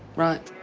right.